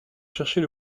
chercher